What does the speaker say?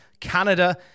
Canada